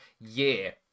year